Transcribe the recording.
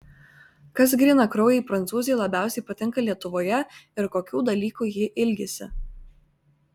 kas grynakraujei prancūzei labiausiai patinka lietuvoje ir kokių dalykų ji ilgisi